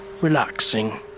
relaxing